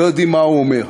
לא יודעים מה הוא אומר.